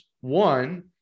one